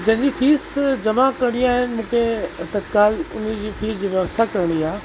जंहिंजी फ़ीस जमा करिणी आहे मूंखे तत्काल हुनजी फ़ीस जी व्यवस्था करिणी आहे